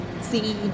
see